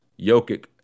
Jokic